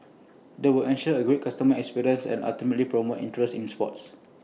they will ensure A great customer experience and ultimately promote interest in sports